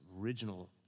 original